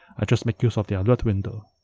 i just make use the alert window